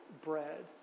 bread